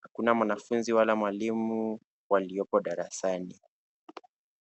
Hakuna mwanafunzi wala mwalimu walioko darasani.